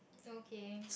okay